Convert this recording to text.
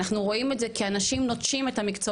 אנחנו רואים את זה כי אנשים נוטשים את העבודות